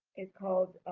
is called